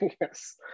Yes